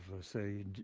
say